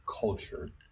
culture